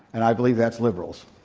and i believe that's liberals.